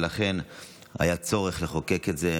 ולכן היה צורך לחוקק את זה.